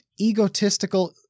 egotistical